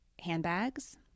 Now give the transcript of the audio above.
handbags